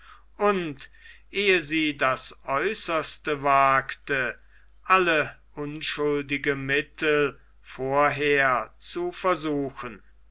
und ehe sie das aeußerste wagte alle unschuldigen mittel vorher zu versuchen